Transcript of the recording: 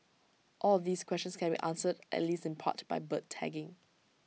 all of these questions can be answered at least in part by bird tagging